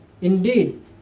indeed